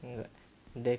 my god the